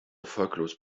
erfolglos